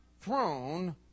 throne